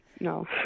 no